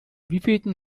wievielten